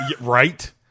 right